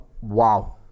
Wow